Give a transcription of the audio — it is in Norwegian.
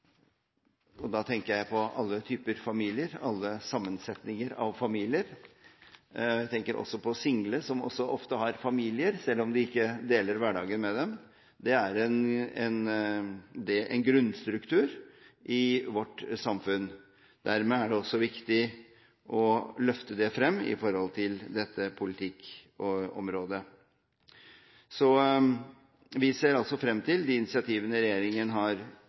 og da tenker jeg på alle typer familier, alle sammensetninger av familier. Jeg tenker også på single, som også ofte har familier, selv om de ikke deler hverdagen med dem. Det er en grunnstruktur i vårt samfunn. Dermed er det også viktig å løfte det frem knyttet til dette politikkområdet. Så vi ser altså frem til de initiativene regjeringen har